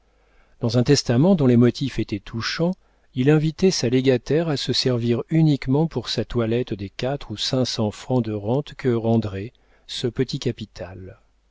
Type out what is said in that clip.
dans un testament dont les motifs étaient touchants il invitait sa légataire à se servir uniquement pour sa toilette des quatre ou cinq cents francs de rente que rendrait ce petit capital